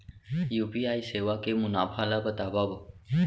UPI सेवा के मुनाफा ल बतावव?